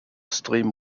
stream